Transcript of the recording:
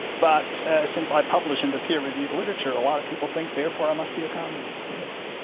but since i publishe in the peer-reviewed literature, a lot of people think therefore i must be a communist, yes.